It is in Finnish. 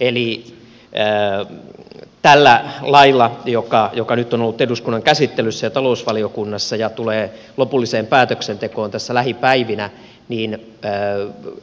eli tällä lailla joka nyt on ollut eduskunnan käsittelyssä ja talousvaliokunnassa ja tulee lopulliseen päätöksentekoon tässä lähipäivinä